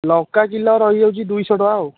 ଲଙ୍କା kilo ରହି ଯାଉଛି ଦୁଇଶହ ଟଙ୍କା ଆଉ